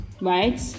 right